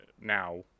now